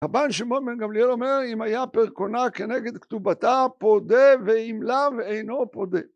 רבן שמעון בן גמליאל אומר אם היה פרקונה כנגד כתובתה פודה ועם לאו אינו פודה